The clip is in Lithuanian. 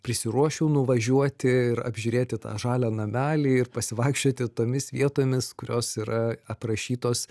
prisiruošiu nuvažiuoti ir apžiūrėti tą žalią namelį ir pasivaikščioti tomis vietomis kurios yra aprašytos